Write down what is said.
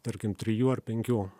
tarkim trijų ar penkių